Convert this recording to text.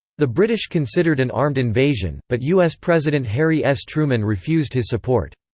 the british considered an armed invasion, but u s. president harry s. truman refused his support.